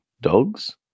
dogs